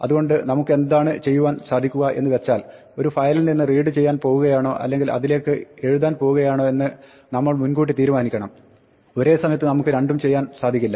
അതുകൊണ്ട് നമുക്കെന്താണ് ചെയ്യുവാൻ സാധിക്കുക എന്ന് വെച്ചാൽ ഒരു ഫയലിൽ നിന്ന് റീഡ് ചെയ്യാൻ പോകുകയാണോ അല്ലെങ്കിൽ അതിലേക്ക് എഴുതുവാൻ പോകുകയാണോ എന്ന് നമ്മൾ മുൻകൂട്ടി തീരുമാനിക്കണം ഒരേ സമയത്ത് നമുക്ക് രണ്ടും ചെയ്യാൻ സാധിക്കില്ല